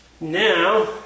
now